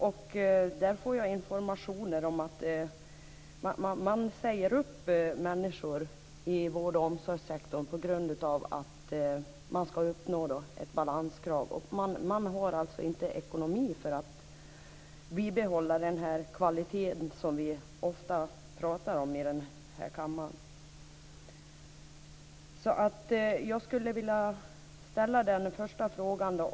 Där har jag fått information om att man säger upp människor i vård och omsorgssektorn på grund av att man ska uppnå ett balanskrav. Man har alltså inte ekonomi för att bibehålla den kvalitet som vi ofta pratar om i den här kammaren. Jag skulle vilja ställa en första fråga.